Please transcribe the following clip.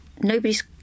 nobody's